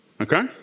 okay